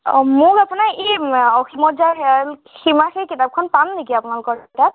অ মোক আপোনাৰ এই অসীমত যাৰ হেৰাল সীমা সেই কিতাপখন পাম নেকি আপোনালোকৰ তাত